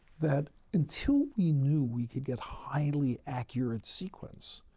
that until we knew we could get highly accurate sequence,